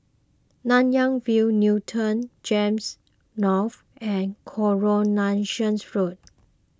Nanyang View Newton Gems North and Coronation Road